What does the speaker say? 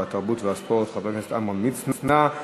התרבות והספורט עמרם מצנע.